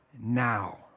now